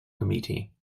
committee